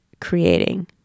creating